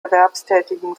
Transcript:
erwerbstätigen